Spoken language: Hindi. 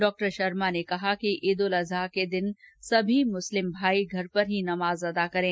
डॉ शर्मा ने कहा कि ईद उल अजहा के दिन के सभी मुस्लिम भाई घर पर ही नमाज अदा करें